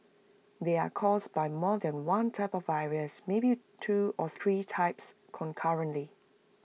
they are caused by more than one type of virus maybe two or three types concurrently